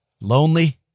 lonely